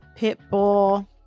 Pitbull